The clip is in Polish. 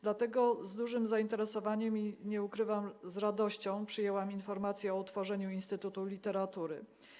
Dlatego z dużym zainteresowaniem i, nie ukrywam, radością przyjęłam informację o utworzeniu instytutu literatury.